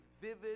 vivid